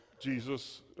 Jesus